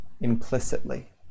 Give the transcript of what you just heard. implicitly